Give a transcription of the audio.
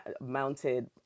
mounted